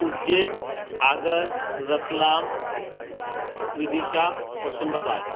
Ujjain Agar Ratlam Vidisha Hoshangabad